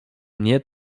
mnie